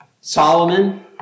Solomon